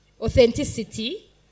authenticity